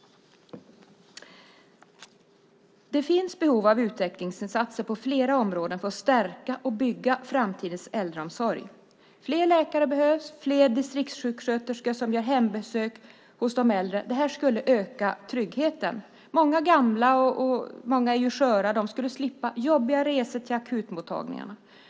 Det finns behov av utvecklingsinsatser på flera områden för att stärka och bygga framtidens äldreomsorg. Fler läkare behövs och också fler distriktssjuksköterskor som gör hembesök hos de äldre. Det skulle öka tryggheten. Många gamla är sköra. De skulle slippa jobbiga resor till akutmottagningarna.